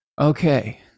Okay